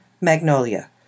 Magnolia